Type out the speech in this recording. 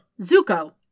Zuko